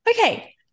Okay